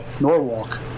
Norwalk